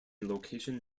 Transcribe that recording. location